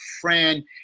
friend